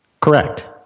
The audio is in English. Correct